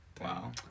Wow